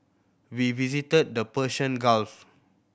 we visited the Persian Gulf